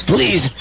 Please